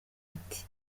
ati